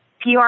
PR